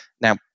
Now